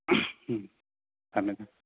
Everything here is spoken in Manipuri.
ꯎꯝ ꯊꯝꯃꯦ ꯊꯝꯃꯦ